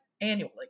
annually